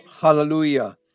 Hallelujah